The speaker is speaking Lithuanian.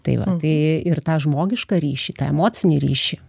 tai va tai ir tą žmogišką ryšį tą emocinį ryšį